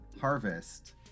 harvest